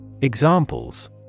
Examples